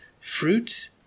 fruit